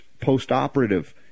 post-operative